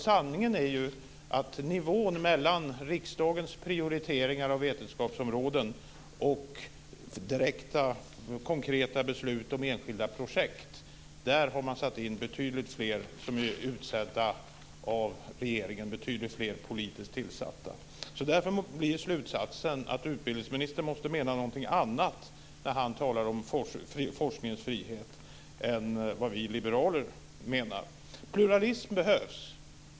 Sanningen är ju att när det gäller nivån mellan riksdagens prioriteringar av vetenskapsområden och direkta konkreta beslut om enskilda projekt har man satt in betydligt fler som är utsedda av regeringen. Där är det betydligt fler som är politiskt tillsatta. Därför blir slutsatsen att utbildningsministern måste mena något annat, när han talar om forskningens frihet, än vad vi liberaler menar. Pluralism behövs.